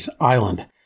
Island